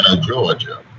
Georgia